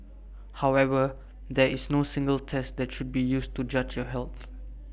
however there is no single test that should be used to judge your health